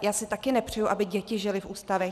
Já si taky nepřeju, aby děti žily v ústavech.